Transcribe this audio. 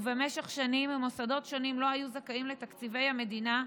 ובמשך שנים מוסדות שונים לא היו זכאים לתקציבי המדינה,